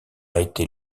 été